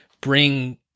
bring